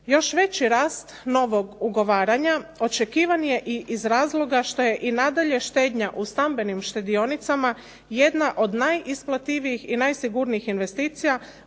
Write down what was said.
Još veći rast ugovaranja očekivan je iz razloga što je i nadalje štednja u stambenim štedionicama jedna od najisplativijih i najsigurnijih investicija,